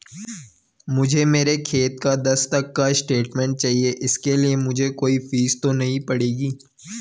मुझे मेरे खाते का दस तक का स्टेटमेंट चाहिए इसके लिए मुझे कोई फीस तो नहीं पड़ेगी?